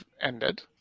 ended